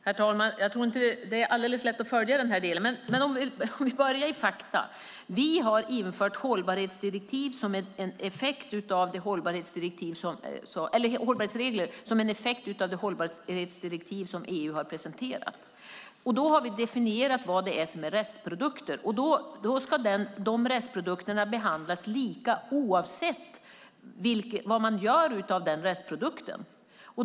Herr talman! Jag tror inte att det är så lätt att följa detta. Men om vi börjar i fakta: Vi har infört hållbarhetsregler som en effekt av det hållbarhetsdirektiv som EU har presenterat. Då har vi definierat vad som är restprodukter. De restprodukterna ska behandlas lika oavsett vad man gör av den restprodukten.